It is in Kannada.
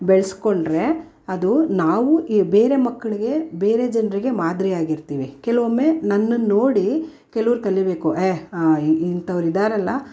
ಬೆಳೆಸ್ಕೊಂಡ್ರೆ ಅದು ನಾವು ಈ ಬೇರೆ ಮಕ್ಕಳಿಗೆ ಬೇರೆ ಜನರಿಗೆ ಮಾದರಿಯಾಗಿರ್ತೀವಿ ಕೆಲವೊಮ್ಮೆ ನನ್ನನ್ನು ನೋಡಿ ಕೆಲವ್ರು ಕಲಿಬೇಕು ಏಯ್ ಇಂಥವ್ರು ಇದಾರಲ್ಲಾ